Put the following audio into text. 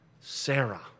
Sarah